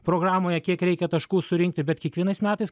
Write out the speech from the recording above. programoje kiek reikia taškų surinkti bet kiekvienais metais